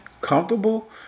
Comfortable